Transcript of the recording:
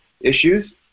issues